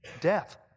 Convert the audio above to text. death